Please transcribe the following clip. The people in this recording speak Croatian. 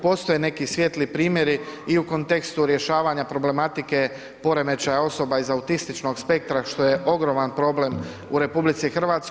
Postoje neki svijetli primjeri i u kontekstu rješavanja problematike poremećaja osoba iz autističnog spektra, što je ogroman problem u RH.